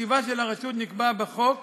תקציבה של הרשות נקבע בחוק